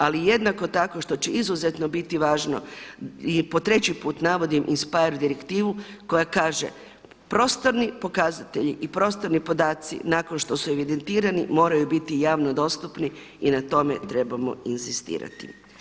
Ali jednako tako što će izuzetno biti važno i po treći put navodim INSPIRE direktivu koja kaže prostorni pokazatelji i prostorni podaci nakon što su evidentirani moraju biti javno dostupni i na tome trebamo inzistirati.